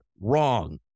wrong